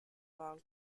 long